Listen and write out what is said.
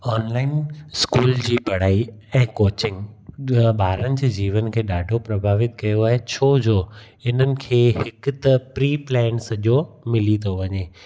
online school जी पढ़ाई ऐं कोचिंग इहा ॿारनि जे जीवन खे ॾाढो प्रभावित कयो आहे छो जो हिननि खे हिकु त प्री प्लैन सॼो मिली थो वञे